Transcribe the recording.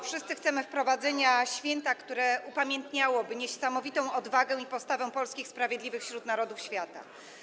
Wszyscy chcemy wprowadzenia święta, które upamiętniałoby niesamowitą odwagę i postawę polskich sprawiedliwych wśród narodów świata.